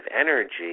energy